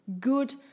good